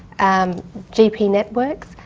um gp networks,